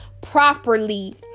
properly